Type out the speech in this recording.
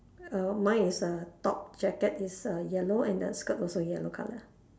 err mine is err top jacket is err yellow and the skirt also yellow colour